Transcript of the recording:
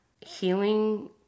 Healing